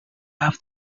have